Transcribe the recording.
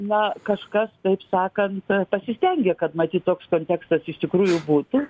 na kažkas taip sakant pasistengė kad matyt toks kontekstas iš tikrųjų būtų